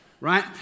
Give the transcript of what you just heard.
right